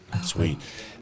Sweet